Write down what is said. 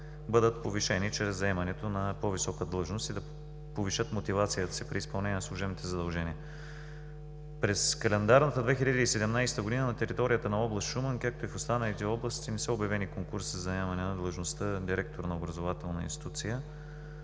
бъдат повишени чрез заемане на по-висока длъжност и да повишат мотивацията си при изпълнението на служебните си задължения. През календарната 2017 г. на територията на област Шумен, както и в останалите области, не са обявени конкурси за заемане на длъжността „директор на образователна институция“.